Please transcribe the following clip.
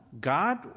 God